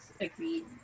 agreed